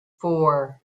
four